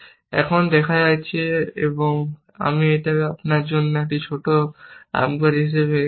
এখন দেখা যাচ্ছে এবং আমি এটিকে আপনার জন্য একটি ছোট আবগারি হিসাবে রেখে দেব